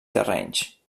terrenys